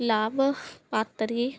ਲਾਭਪਾਤਰੀ